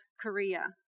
Korea